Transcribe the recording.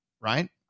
right